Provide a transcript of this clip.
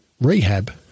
Rehab